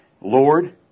Lord